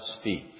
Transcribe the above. speak